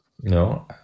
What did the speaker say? No